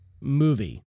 movie